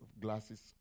glasses